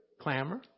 clamor